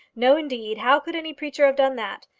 no, indeed how could any preacher have done that?